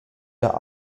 der